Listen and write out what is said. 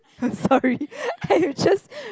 I'm sorry I would just